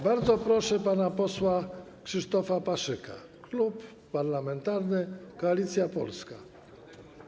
Bardzo proszę pana posła Krzysztofa Paszyka, Klub Parlamentarny Koalicja Polska.